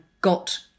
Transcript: got